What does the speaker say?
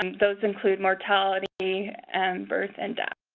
um those include mortality, and birth, and death.